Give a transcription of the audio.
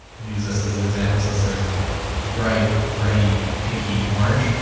we'll use this as an example since there's a ah bright ready pinky orange,